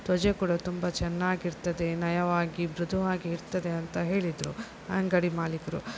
ತ್ವಚೆ ಕೂಡ ತುಂಬ ಚೆನ್ನಾಗಿರ್ತದೆ ನಯವಾಗಿ ಮೃದುವಾಗಿ ಇರ್ತದೆ ಅಂತ ಹೇಳಿದರು ಅಂಗಡಿ ಮಾಲೀಕರು